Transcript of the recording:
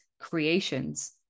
creations